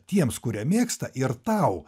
tiems kurie mėgsta ir tau